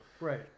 Right